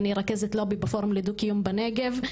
אני רכזת לובי בפורום לדו-קיום בנגב.